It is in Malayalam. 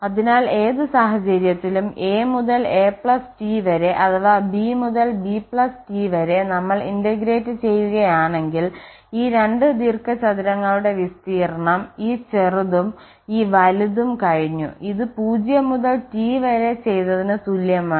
അതിനാൽ ഏത് സാഹചര്യത്തിലും a മുതൽ a T വരെ അഥവാ b മുതൽ b T വരെ നമ്മൾ ഇന്റഗ്രേറ്റ് ചെയ്യുകയാണെങ്കിൽ ഈ രണ്ട് ദീർഘചതുരങ്ങളുടെ വിസ്തീർണ്ണം ഈ ചെറുതും ഈ വലുതും കഴിഞ്ഞു ഇത് 0 മുതൽ T വരെ ചെയ്തതിന് തുല്യമാണ്